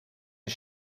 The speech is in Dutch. een